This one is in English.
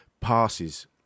passes